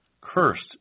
Cursed